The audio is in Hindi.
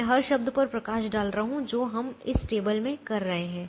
मैं हर शब्द पर प्रकाश डाल रहा हूं जो हम इस टेबल में कर रहे हैं